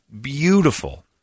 beautiful